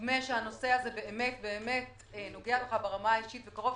ונדמה שהנושא הזה נוגע ברמה האישית מקרוב,